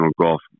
golf